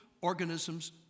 organisms